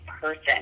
person